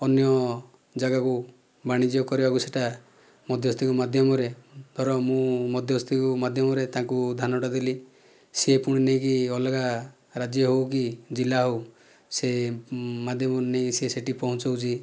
ଅନ୍ୟ ଜାଗାକୁ ବାଣିଜ୍ୟ କରିବାକୁ ସେଟା ମଧ୍ୟସ୍ଥିଙ୍କ ମାଧ୍ୟମରେ ଧର ମୁଁ ମଧ୍ୟସ୍ଥିଙ୍କ ମାଧ୍ୟମରେ ତାଙ୍କୁ ଧାନଟା ଦେଲି ସେ ପୁଣି ନେଇକି ଅଲଗା ରାଜ୍ୟ ହେଉ କି ଜିଲ୍ଲା ହେଉ ସେ ମାଧ୍ୟମରେ ନେଇ ସେ ସେଇଠି ପହଞ୍ଚାଉଛି